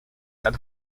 that